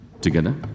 Together